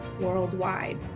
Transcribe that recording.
worldwide